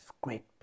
great